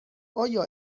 آیا